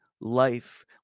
life